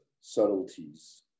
subtleties